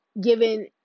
given